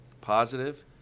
Positive